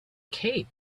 cape